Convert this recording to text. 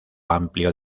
amplio